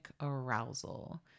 arousal